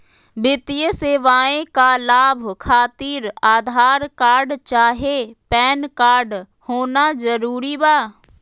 वित्तीय सेवाएं का लाभ खातिर आधार कार्ड चाहे पैन कार्ड होना जरूरी बा?